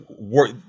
work